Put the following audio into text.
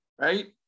right